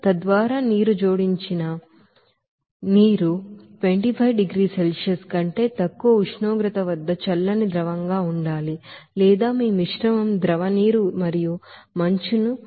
తద్వారా నీరు జోడించిన నీరు 25 డిగ్రీల సెల్సియస్ కంటే తక్కువ ఉష్ణోగ్రత వద్ద చల్లని ద్రవంగా ఉండాలి లేదా మీ మిశ్రమం ద్రవ నీరు మరియు మంచును తెలుసు